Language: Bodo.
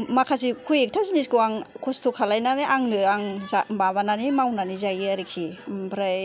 माखासे बेसादखौ आं खस्थ' खालायनानै आंनो आं जा माबानानै मावनानै जायो आरोखि ओमफ्राय